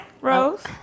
Rose